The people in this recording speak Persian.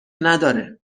نداره